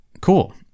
Cool